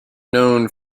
known